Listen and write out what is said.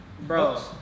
Bro